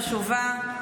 חשובה,